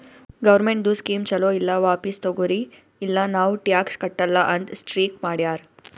ಗೌರ್ಮೆಂಟ್ದು ಸ್ಕೀಮ್ ಛಲೋ ಇಲ್ಲ ವಾಪಿಸ್ ತಗೊರಿ ಇಲ್ಲ ನಾವ್ ಟ್ಯಾಕ್ಸ್ ಕಟ್ಟಲ ಅಂತ್ ಸ್ಟ್ರೀಕ್ ಮಾಡ್ಯಾರ್